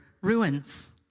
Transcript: ruins